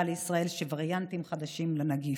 לישראל של וריאנטים חדשים של הנגיף.